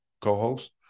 co-host